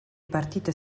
partite